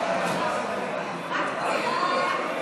לוועדת החינוך,